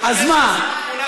תבקש לשים תמונה,